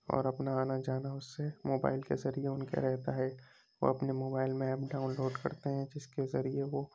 اور اپنا آنا جانا اُس سے موبائل کے ذریعے اُن کے رہتا ہے وہ اپنے موبائل میں ایپ ڈاؤن لوڈ کرتے ہیں جس کے ذریعے وہ